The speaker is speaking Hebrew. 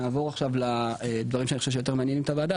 נעבור עכשיו לדברים שאני חושב שיותר מעניינים את הוועדה,